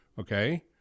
okay